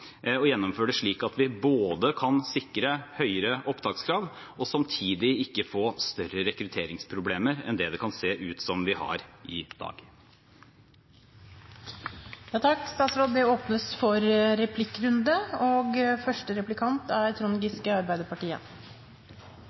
å gjennomføre det gradvis, og å gjennomføre det slik at vi både kan sikre høyere opptakskrav og samtidig ikke få større rekrutteringsproblemer enn det det kan se ut som vi har i dag. Det åpnes for